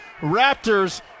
Raptors